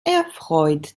erfreut